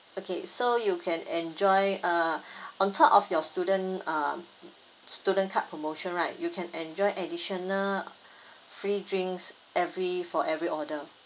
okay so you can enjoy uh on top of your student uh student card promotion right you can enjoy additional free drinks every for every order